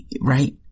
right